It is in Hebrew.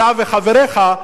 אתה וחבריך,